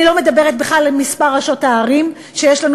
אני לא מדברת בכלל על מספר ראשות הערים שיש לנו